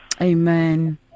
Amen